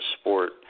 sport